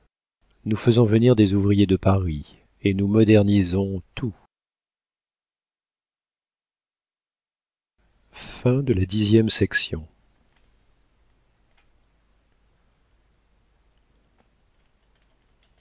nous faisons venir des ouvriers de paris et nous modernisons tout